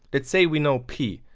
let's say we know p.